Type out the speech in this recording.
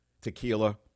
tequila